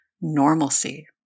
normalcy